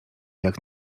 jak